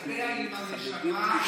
מיקי, לא חייבים לנצל עד הסוף.